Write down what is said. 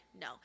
no